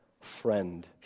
friend